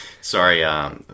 Sorry